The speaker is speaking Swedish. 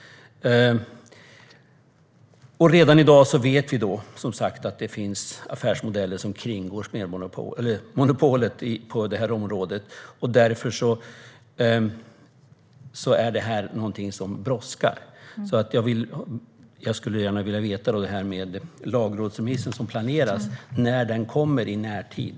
Redan i dag vet vi som sagt att det finns affärsmodeller som kringgår monopolet på detta område, och därför brådskar det. Jag skulle gärna vilja veta om den lagrådsremiss som planeras kommer i närtid.